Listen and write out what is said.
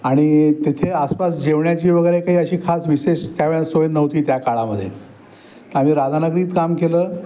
आणि तेथे आसपास जेवण्याची वगैरे काही अशी खास विशेष त्या वेळेस सोय नव्हती त्या काळामध्ये आम्ही राधानगरीत काम केलं